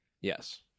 Yes